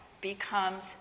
becomes